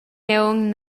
aunc